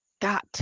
got